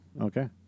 Okay